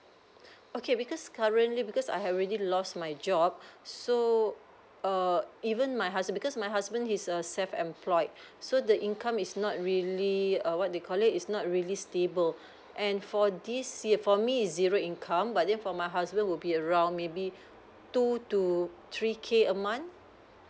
okay because currently because I already lost my job so err even my husband because my husband he's a self employed so the income is not really err what they call it is not really stable and for this si~ for me is zero income but then for my husband will be around maybe two to three K a month